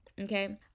okay